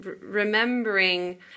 remembering